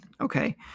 Okay